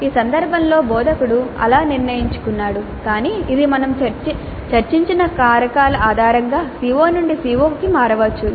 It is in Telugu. ఈ సందర్భంలో బోధకుడు అలా నిర్ణయించుకున్నాడు కాని ఇది మేము చర్చించిన కారకాల ఆధారంగా CO నుండి CO వరకు మారవచ్చు